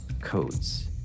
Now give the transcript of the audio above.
codes